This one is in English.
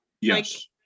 Yes